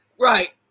right